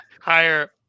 higher